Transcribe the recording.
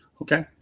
okay